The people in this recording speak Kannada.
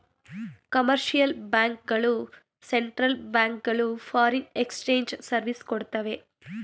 ಕಮರ್ಷಿಯಲ್ ಬ್ಯಾಂಕ್ ಗಳು ಸೆಂಟ್ರಲ್ ಬ್ಯಾಂಕ್ ಗಳು ಫಾರಿನ್ ಎಕ್ಸ್ಚೇಂಜ್ ಸರ್ವಿಸ್ ಕೊಡ್ತವೆ